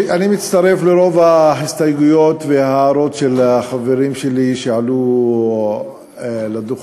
אני מצטרף לרוב ההסתייגויות וההערות של החברים שלי שעלו לדוכן.